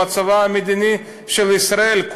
במצבה המדיני של ישראל,